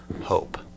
hope